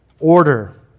Order